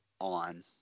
on